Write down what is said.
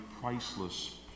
priceless